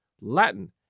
Latin